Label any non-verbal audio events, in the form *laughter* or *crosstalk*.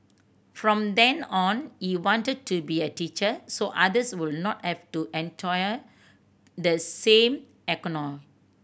from then on he wanted to be a teacher so others would not have to *unintelligible* the same agony